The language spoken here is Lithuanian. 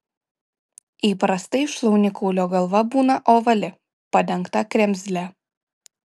įprastai šlaunikaulio galva būna ovali padengta kremzle